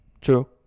True